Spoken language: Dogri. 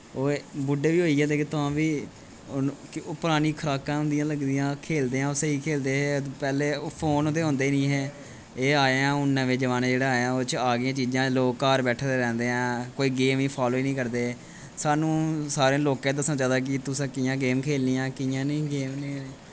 ओह् बुड्ढ़े बी होई गेदे ते तां बी उन्न ओह् परानी खराकां होंदियां लग्गी दि'यां खेलदे आं ओह् स्हेई खेलदे हे पैह्ले ओह् फोन ते होंदे निं हे एह् आया हू'न नमें जमाने जेह्ड़े आया ओह्दे च आई गेइयां चीजां लोग घर बैठे दे रौंह्दे ऐ कोई गेम ही फालो निं करदे सानूं सारें लोकें गी दस्सना चाहिदा कि तुसें कि'यां गेम खेलनी ऐ कि'यां निं गेम निं